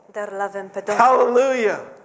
hallelujah